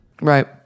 Right